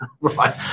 right